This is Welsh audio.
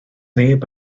neb